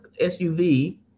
SUV